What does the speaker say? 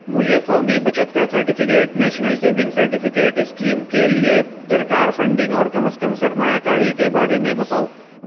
مجھے قومی بچت کا certificate national savings certificate scheme کے لیے درکار فنڈنگ اور کم از کم سرمایہ کاری کے بارے میں بتاؤ